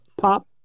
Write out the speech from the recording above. pop